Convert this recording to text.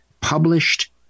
published